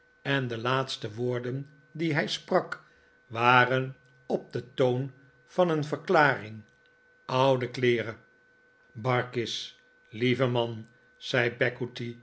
en de laatste woorden die hij sprak waren op den toon van een verklaring oude kleeren barkis lieve man zei